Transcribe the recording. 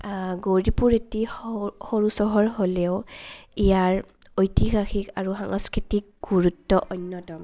গৌৰীপুৰ এটি স সৰু চহৰ হ'লেও ইয়াৰ ঐতিহাসিক আৰু সাংস্কৃতিক গুৰুত্ব অন্যতম